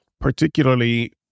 particularly